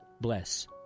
bless